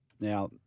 Now